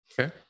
Okay